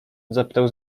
zapytał